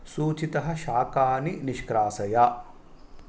सूचितशाकानि निष्कासय